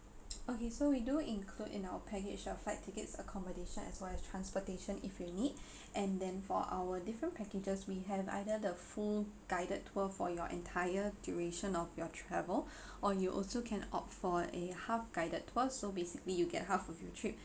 okay so we do include in our package uh flight tickets accommodation as well as transportation if you need and then for our different packages we have either the full guided tour for your entire duration of your travel or you also can opt for a half guided tour so basically you get half of your trip